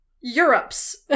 Europe's